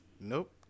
Nope